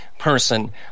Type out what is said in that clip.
person